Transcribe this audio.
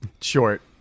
Short